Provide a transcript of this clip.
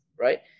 right